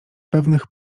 pewnych